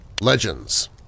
legends